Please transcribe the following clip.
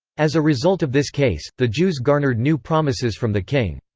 as a result of this case, the jews garnered new promises from the king.